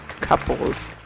couples